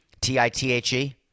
T-I-T-H-E